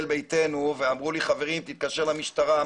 ביתנו ואמרו לי חברים שאתקשר למשטרה,